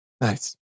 Nice